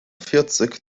vierzig